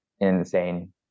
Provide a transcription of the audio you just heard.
insane